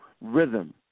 rhythm